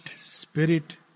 spirit